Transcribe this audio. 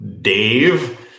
Dave